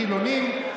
חילונים,